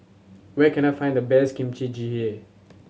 where can I find the best Kimchi Jjigae